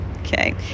okay